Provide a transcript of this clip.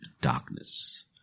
darkness